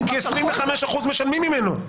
כי 25% משלמים ממנו.